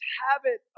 habit